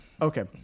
Okay